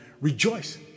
Rejoice